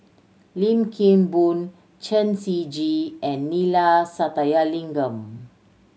Lim Kim Boon Chen Shiji and Neila Sathyalingam